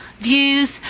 Views